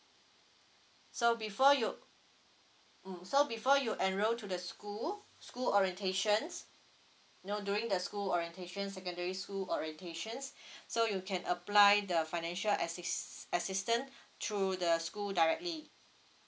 so before you mm so before you enroll to the school school orientations no during the school orientation secondary school orientations so you can apply the financial assist~ assistance through the school directly